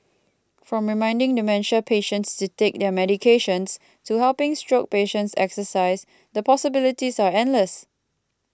from reminding dementia patients to take their medications to helping stroke patients exercise the possibilities are endless